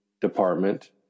department